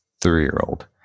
three-year-old